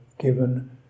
given